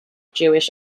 jewish